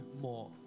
more